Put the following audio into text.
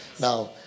Now